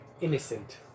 innocent